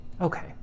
Okay